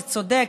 זה צודק,